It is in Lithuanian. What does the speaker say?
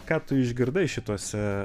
ką tu išgirdai šituose